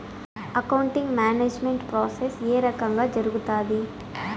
accounting management process ఏ రకంగా జరుగుతాది